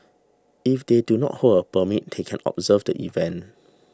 if they do not hold a permit they can observe the event